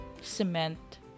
cement